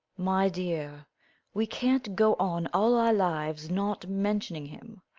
my dear we can't go on all our lives not mentioning him.